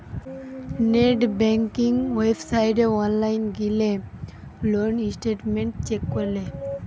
net banking ওয়েবসাইটে online গিলে loan statement check করলে